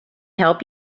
help